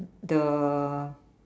the